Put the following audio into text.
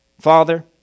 Father